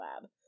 Lab